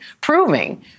proving